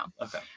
Okay